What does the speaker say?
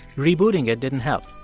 rebooting it didn't help.